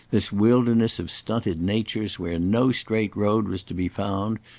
this wilderness of stunted natures where no straight road was to be found,